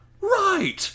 right